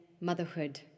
motherhood